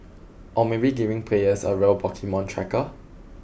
or maybe giving players a real Pokemon tracker